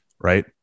Right